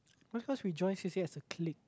no it's because we join C_C_A as a clique